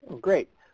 Great